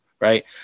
Right